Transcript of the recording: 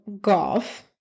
golf